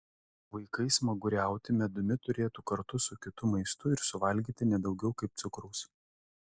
vaikai smaguriauti medumi turėtų kartu su kitu maistu ir suvalgyti ne daugiau kaip cukraus